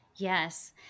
Yes